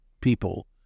people